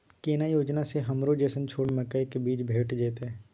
केना योजना स हमरो जैसन छोट किसान के मकई के बीज भेट जेतै?